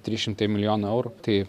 trys šimtai milijonų eurų tai